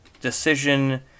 decision